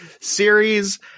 series